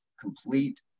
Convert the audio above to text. complete